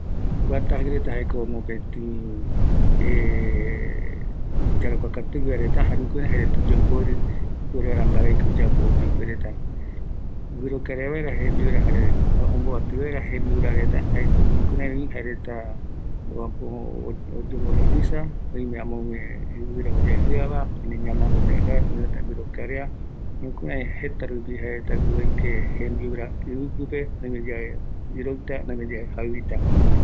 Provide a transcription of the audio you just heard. Tajɨ reta jaeko oajete yarakuakatu, jaereta oyomborɨ oyapo vaera mbaravɨkɨ, guirokareavaera jembiurareta, jaeko mopetïrami oyomborɨ reta, jaereta oikua, iroɨta, okɨta va